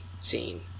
scene